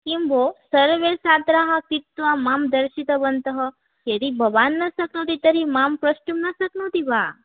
किं भोः सर्वे छात्राः स्थित्वा मां दर्शितवन्तः यदि भवान् न शक्नोति तर्हि मां प्रष्टुं न शक्नोति वा